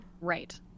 Right